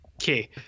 Okay